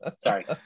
Sorry